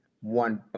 one